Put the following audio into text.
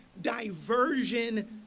diversion